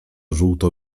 żółto